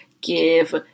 give